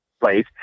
place